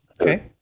okay